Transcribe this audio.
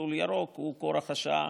מסלול ירוק, היא כורח השעה.